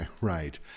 right